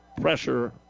pressure